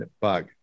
bug